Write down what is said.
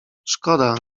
szkoda